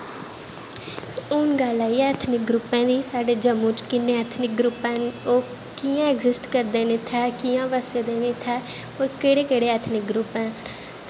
हून गल्ल आई ऐ ऐथनिक ग्रुपें दी साढ़े जम्मू च किन्नें ऐथिनिक ग्रुप न ओह् कि'यां ऐगजिस्ट करदे न कि'यां बस्से दे नै इत्थें और केह्ड़े केह्ड़े ग्रुप न इत्थै